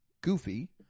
Goofy